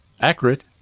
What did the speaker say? accurate